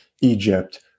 Egypt